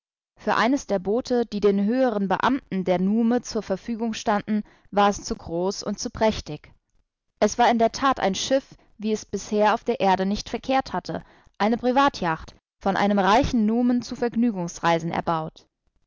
für eines der boote die den höheren beamten der nume zur verfügung standen war es zu groß und prächtig es war in der tat ein schiff wie es bisher auf der erde nicht verkehrt hatte eine privatyacht von einem reichen numen zu vergnügungsreisen erbaut